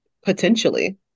potentially